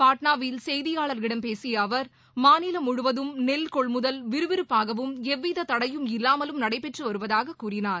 பாட்னாவில் செய்தியாளர்களிடம் பேசிய அவர் மாநிலம் முழுவதும் நெல் கொள்முதல் விறுவிறுப்பாகவும் எவ்வித தடையும் இல்லாமலும் நடைபெற்று வருவதாக கூறினார்